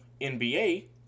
NBA